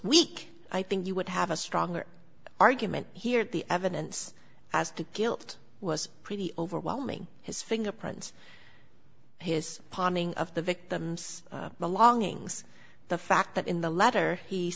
weak i think you would have a stronger argument here the evidence as to guilt was pretty overwhelming his fingerprints his ponding of the victim's belongings the fact that in the letter he